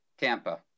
Tampa